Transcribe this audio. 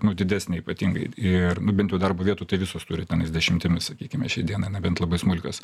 nu didesnę ypatingai ir nu bent jau darbo vietoj tai visos turi tenais dešimtimis sakykime šiandieną nebent labai smulkios